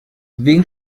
wegen